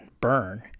burn